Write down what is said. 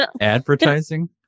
advertising